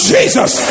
Jesus